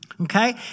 okay